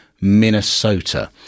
minnesota